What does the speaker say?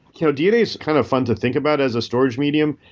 you know dna is kind of fun to think about as a storage medium.